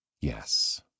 Yes